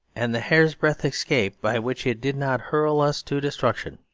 and the hair's-breadth escape by which it did not hurl us to destruction,